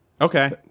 Okay